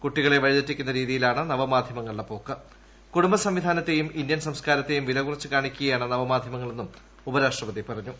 കുട്ടിക്കുള് ്വഴി തെറ്റിക്കുന്ന രീതിയിലാണ് നവമാധ്യമങ്ങളുടെ പോക്ക് കുടുംബ സംവിധാനത്തേയും ഇന്ത്യൻ സംസ്കാരത്തെയും വിലകൂറ്ച്ച് കാ്ണിക്കുകയാണ് നവമാധ്യമങ്ങളെന്നും ഉപരാഷ്ട്രപതി പ്രറഞ്ഞു